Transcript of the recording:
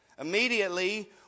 Immediately